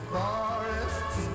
forests